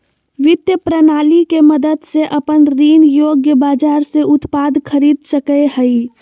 वित्त प्रणाली के मदद से अपन ऋण योग्य बाजार से उत्पाद खरीद सकेय हइ